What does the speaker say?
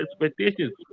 expectations